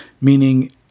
meaning